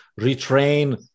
retrain